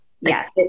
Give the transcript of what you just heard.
Yes